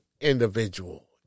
individual